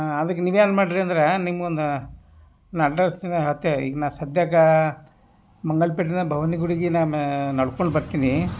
ಅದಕ್ಕೆ ನೀವೇ ಏನು ಮಾಡ್ರಿ ಅಂದ್ರೆ ನಿಮಗೊಂದು ನಾನು ಅಡ್ರೆಸ್ಸ್ನ ಹಾಕ್ತೆ ಈಗ ನಾ ಸದ್ಯಕ್ಕೆ ಮಂಗಲಪೇಟೆನಾ ಭವಾನಿ ಗುಡಿಗೆ ನಾನು ನಡ್ಕೊಂಡು ಬರ್ತೀನಿ